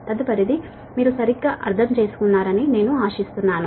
తదుపరిది మీరు సరిగ్గా అర్థం చేసుకున్నారని నేను ఆశిస్తున్నాను